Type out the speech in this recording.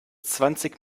zwanzig